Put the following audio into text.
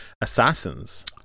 assassins